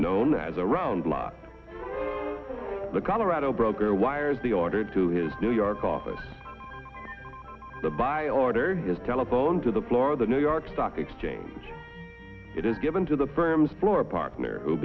known as a round block the colorado broker wires the order to his new york office the by order his telephone to the floor of the new york stock exchange it is given to the firm's floor partner who